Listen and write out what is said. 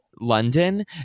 london